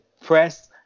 press